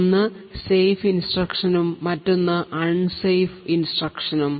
ഒന്ന് സേഫ് ഇൻസ്ട്രക്ഷനും മറ്റൊന്ന് അൺ സേഫ് ഇൻസ്ട്രക്ഷനും